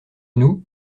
nous